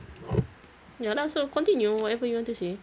ya lah so continue whatever you want to say